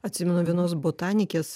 atsimenu vienos botanikės